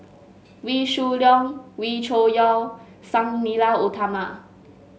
Wee Shoo Leong Wee Cho Yaw Sang Nila Utama